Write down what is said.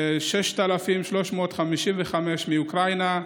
6,355 מאוקראינה,